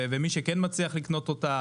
ומי שכן מצליח לקנות אותה,